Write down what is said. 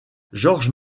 georges